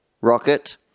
Rocket